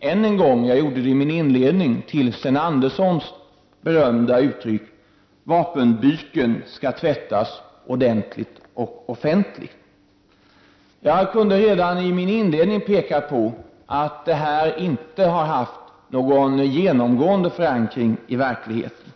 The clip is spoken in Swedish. än en gång — jag gjorde det i min inledning — anknyta till Sten Anderssons berömda uttryck att vapenbyken skall tvättas ordentligt och offentligt. Jag kunde redan i min inledning peka på att det inte har haft någon genomgående förankring i verkligheten.